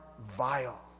vile